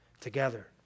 together